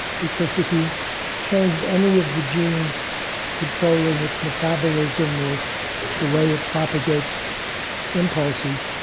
because if you changed any of the genes controlling its metabolism or the way it propagates impulses,